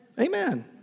Amen